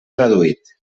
traduït